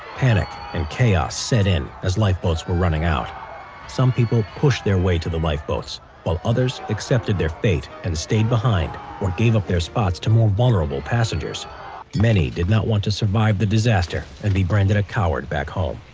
panic and chaos set in as lifeboats were running out some people pushed their way to the lifeboats while others accepted their fate and stayed behind or gave up their spots to more vulnerable passengers many did not want to survive the disaster and be branded a coward back home